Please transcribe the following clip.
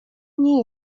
nie